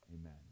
Amen